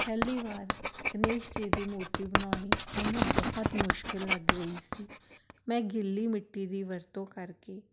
ਪਹਿਲੀ ਵਾਰ ਗਣੇਸ਼ ਜੀ ਦੀ ਮੂਰਤੀ ਬਣਾਉਣੀ ਮੈਨੂੰ ਬਹੁਤ ਮੁਸ਼ਕਿਲ ਲੱਗ ਰਹੀ ਸੀ ਮੈਂ ਗਿੱਲੀ ਮਿੱਟੀ ਦੀ ਵਰਤੋਂ ਕਰਕੇ